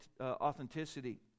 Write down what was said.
authenticity